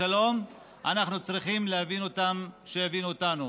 שלום אנחנו צריכים להבין אותם ושיבינו אותנו.